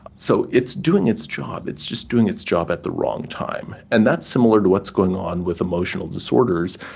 so it's doing its job, it's just doing its job at the wrong time. and that's similar to what's going on with emotional disorders,